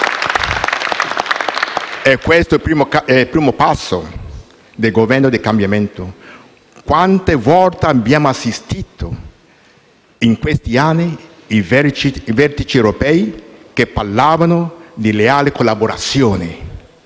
E questo è il primo passo del Governo del cambiamento. Quante volte abbiamo assistito, in questi anni, a vertici europei che parlavano di leale collaborazione,